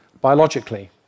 biologically